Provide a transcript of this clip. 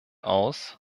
aus